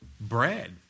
Bread